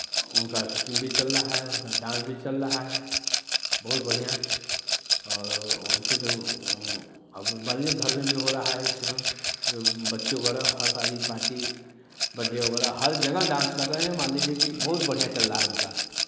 उनका स्टिंग भी चल रहा है उनका डांस भी चल रहा हैं बहुत बढ़ियाँ और अच्छे से अभी हो रहा है इसमें बच्चे वगैरह हर शादी पार्टी बड्डे वगैरह हर जगह डांस कर रहे हैं मान लीजिये कि बहुत बढ़ियाँ चल रहा है उनका